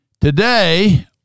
today